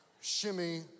shimmy